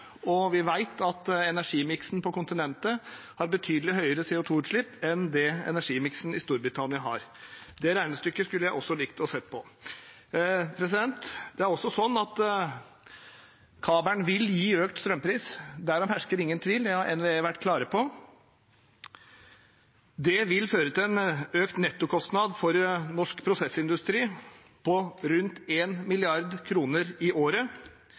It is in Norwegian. og vi vet at energimiksen på kontinentet har betydelig høyere CO 2 -utslipp enn energimiksen i Storbritannina har. Det regnestykket skulle jeg også ha likt å se på. Det er også sånn at kabelen vil gi økt strømpris. Derom hersker ingen tvil, det har NVE vært klare på. Det vil føre til en økt nettokostnad for norsk prosessindustri på rundt 1 mrd. kr i året.